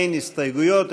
אין הסתייגויות,